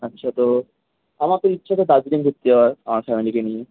আচ্ছা তো আমার তো ইচ্ছে আছে দার্জিলিং ঘুরতে যাওয়ার আমার ফ্যামিলিকে নিয়ে